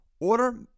Order